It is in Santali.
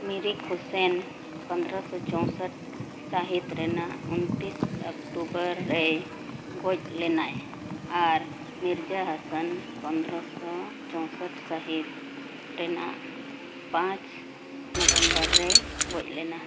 ᱢᱤᱨᱤᱠ ᱦᱩᱥᱮᱱ ᱯᱚᱫᱨᱚ ᱥᱚ ᱪᱳᱣᱥᱚᱴ ᱥᱟᱹᱦᱤᱛ ᱨᱮᱱᱟᱜ ᱩᱱᱛᱤᱥ ᱚᱠᱴᱩᱵᱚᱨ ᱨᱮᱭ ᱜᱚᱡ ᱞᱮᱱᱟᱭ ᱟᱨ ᱢᱤᱨᱡᱟ ᱦᱟᱥᱟᱱ ᱯᱚᱸᱫᱨᱚ ᱥᱚ ᱪᱳᱣᱥᱚᱴ ᱥᱟᱹᱦᱤᱛ ᱨᱮᱱᱟᱜ ᱯᱟᱸᱪ ᱱᱚᱵᱷᱮᱢᱵᱚᱨ ᱨᱮᱭ ᱜᱚᱡ ᱞᱮᱱᱟ